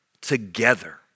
together